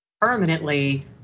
permanently